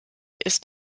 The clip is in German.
ist